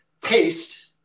taste